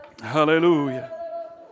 Hallelujah